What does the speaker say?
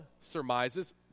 surmises